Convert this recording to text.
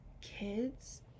kids